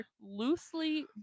Loosely